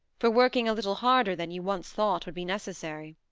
for working a little harder than you once thought would be necessary.